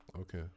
Okay